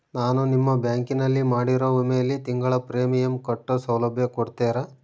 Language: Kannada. ನಾನು ನಿಮ್ಮ ಬ್ಯಾಂಕಿನಲ್ಲಿ ಮಾಡಿರೋ ವಿಮೆಯಲ್ಲಿ ತಿಂಗಳ ಪ್ರೇಮಿಯಂ ಕಟ್ಟೋ ಸೌಲಭ್ಯ ಕೊಡ್ತೇರಾ?